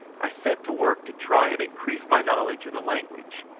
i set to work to try and increase my knowledge of the language,